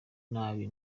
nabi